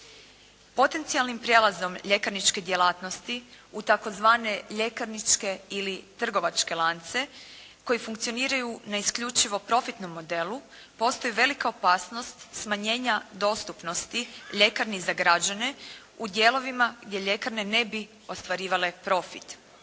Potencijalnim prijelazom ljekarničke djelatnosti u tzv. ljekarničke ili trgovačke lance koji funkcioniraju na isključivo profitnom modelu postoji velika opasnost smanjenja dostupnosti ljekarni za građane u dijelovima gdje ljekarne ne bi ostvarivale profit.